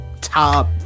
top